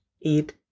eat